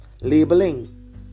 labeling